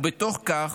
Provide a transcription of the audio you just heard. ובתוך כך,